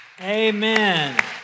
Amen